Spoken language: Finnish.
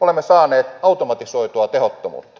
olemme saaneet automatisoitua tehottomuutta